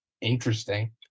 interesting